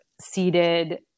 seated